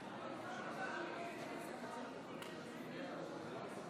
מתנגד אחד, אין נמנעים.